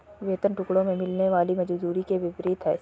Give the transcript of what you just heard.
वेतन टुकड़ों में मिलने वाली मजदूरी के विपरीत है